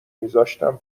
میذاشتم